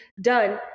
done